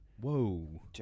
Whoa